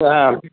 ಹಾಂ